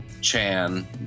Chan